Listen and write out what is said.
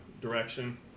direction